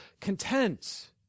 content